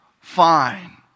fine